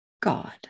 God